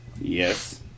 Yes